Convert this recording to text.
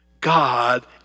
God